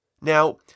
Now